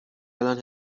الان